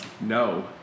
No